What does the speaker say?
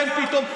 כן פתאום.